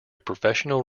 professional